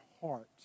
heart